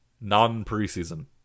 non-preseason